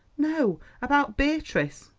no, about beatrice.